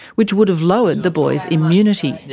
which would have lowered the boy's immunity. yeah,